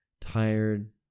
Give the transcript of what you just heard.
tired